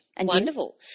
Wonderful